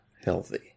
healthy